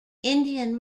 indian